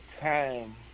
time